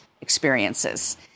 experiences